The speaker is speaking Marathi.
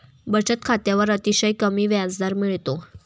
बचत खात्यावर अतिशय कमी व्याजदर मिळतो